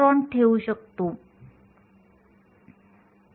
16 x 105 m s 1 असेल